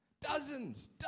Dozens